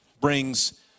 brings